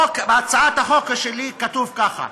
בהצעת החוק שלי כתוב ככה: